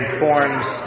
forms